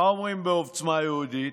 מה אומרים בעוצמה יהודית?